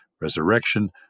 resurrection